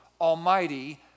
Almighty